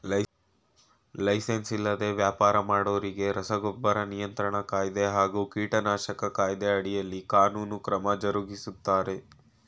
licence ಇಲ್ದೆ ವ್ಯಾಪರ ಮಾಡೋರಿಗೆ ರಸಗೊಬ್ಬರ ನಿಯಂತ್ರಣ ಕಾಯ್ದೆ ಹಾಗೂ ಕೀಟನಾಶಕ ಕಾಯ್ದೆ ಅಡಿಯಲ್ಲಿ ಕಾನೂನು ಕ್ರಮ ಜರುಗಿಸ್ತಾರೆ